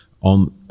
on